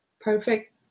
perfect